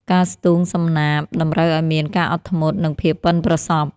ការស្ទូងសំណាបតម្រូវឱ្យមានការអត់ធ្មត់ និងភាពប៉ិនប្រសប់។